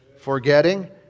Forgetting